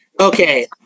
Okay